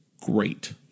great